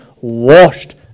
washed